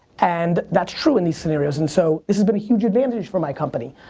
and that's true in these scenarios and so this has been a huge advantage for my company.